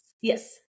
Yes